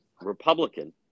Republican